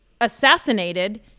assassinated